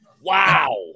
Wow